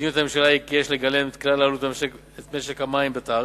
מדיניות הממשלה היא כי גם יש לגלם את כלל עלויות משק המים בתעריף,